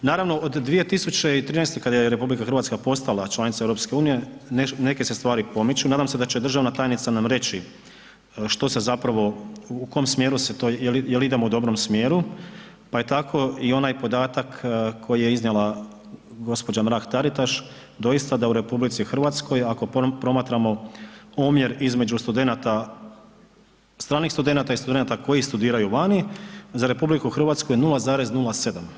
Naravno od 2013. kada je RH postala članica EU neke se stvari pomiču, nadam se da će državna tajnica nam reći što se zapravo u kom smjeru jel idemo u dobrom smjeru, pa je tako i onaj podatak koji je iznijela gospođa Mrak Taritaš doista da u RH ako promatramo omjer između stranih studenata i studenata koji studiraju vani za RH je 0,07.